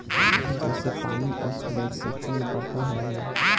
जइसे पानी आ सूरज से पेड़ बरका होला